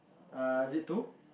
uh is it two